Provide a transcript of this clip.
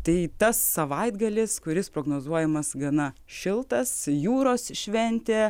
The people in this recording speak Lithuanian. tai tas savaitgalis kuris prognozuojamas gana šiltas jūros šventė